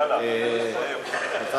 אין מתנגדים, אין נמנעים.